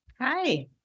Hi